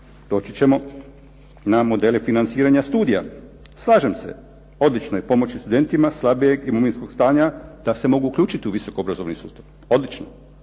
Doći ćemo na modele financiranja studija. Slažem se, odlično je pomoći studentima slabijeg imovinskog stanja da se mogu uključiti u visoko obrazovni sustav, odlično.